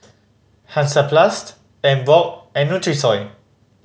Hansaplast Emborg and Nutrisoy